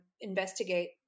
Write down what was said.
investigate